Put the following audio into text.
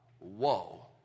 Whoa